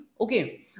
Okay